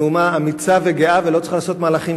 אנחנו אומה אמיצה וגאה ולא צריך לעשות מהלכים